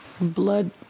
blood